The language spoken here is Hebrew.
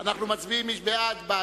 אם כך אין לנו כל בעיה.